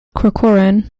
corcoran